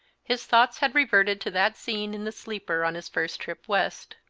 his thoughts had reverted to that scene in the sleeper on his first trip west.